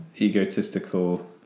egotistical